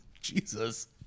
Jesus